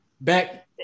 back